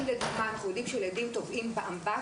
אם למשל אנחנו יודעים שילדים טובעים באמבטיה,